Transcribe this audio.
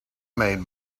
made